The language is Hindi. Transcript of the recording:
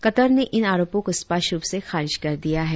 कतर ने इन आरोपों को स्पष्ट रुप से खारिज कर दिया है